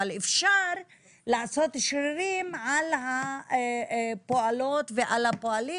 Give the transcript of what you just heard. אבל אפשר לעשות שרירים על הפועלות ועל הפועלים